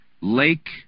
Lake